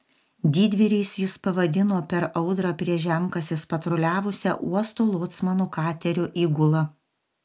didvyriais jis pavadino per audrą prie žemkasės patruliavusią uosto locmanų katerio įgulą